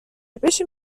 بشین